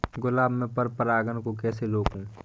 गुलाब में पर परागन को कैसे रोकुं?